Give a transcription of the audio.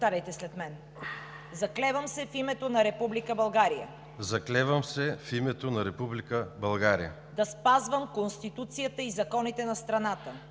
„Заклевам се в името на Република България да спазвам Конституцията и законите на страната